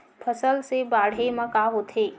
फसल से बाढ़े म का होथे?